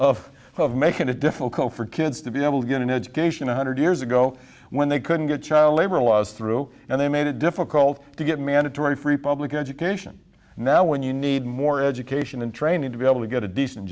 of of making it difficult for kids to be able to get an education one hundred years ago when they couldn't get child labor laws through and they made it difficult to get mandatory free public education and now when you need more education and training to be able to get a decent